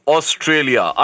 Australia